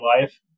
life